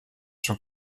schon